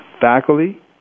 faculty